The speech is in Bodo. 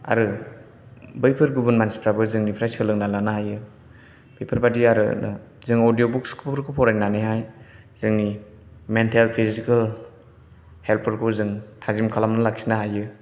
आरो बैफोर गुबुन मानसिफोराबो जोंनिफ्राय सोलोंनानै लानो हायो बेफोरबायदि आरो जों अडिय' बुक्सफोरखौ फरायनानैहाय जेंनि मेन्टेल फिजिकेल हेल्थफोरखौ जों थाजिम खालामना लाखिनो हायो